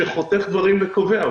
שחותך דברים וקובע.